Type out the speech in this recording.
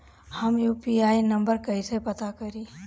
हम UPI number कइसे पता करी?